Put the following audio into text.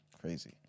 Crazy